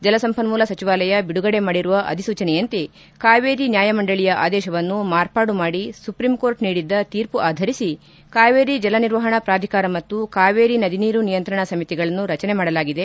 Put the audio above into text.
ಜಲಸಂಪನೂಲ ಸಚಿವಾಲಯ ಬಿಡುಗಡೆ ಮಾಡಿರುವ ಅಧಿಸೂಚನೆಯಂತೆ ಕಾವೇರಿ ನ್ಯಾಯಮಂಡಳಯ ಆದೇಶವನ್ನು ಮಾರ್ಪಾಡು ಮಾಡಿ ಸುಪ್ರೀಂಕೋರ್ಟ್ ನೀಡಿದ್ದ ತೀರ್ಪು ಆಧರಿಸಿ ಕಾವೇರಿ ಜಲ ನಿರ್ವಹಣಾ ಪ್ರಾಧಿಕಾರ ಮತ್ತು ಕಾವೇರಿ ನದಿ ನೀರು ನಿಯಂತ್ರಣ ಸಮಿತಿಗಳನ್ನು ರಚನೆ ಮಾಡಲಾಗಿದೆ